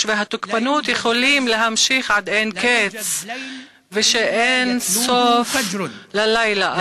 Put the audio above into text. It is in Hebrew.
והתוקפנות יכולים להמשיך עד אין-קץ ושאין סוף ללילה,